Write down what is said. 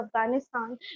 afghanistan